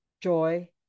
joy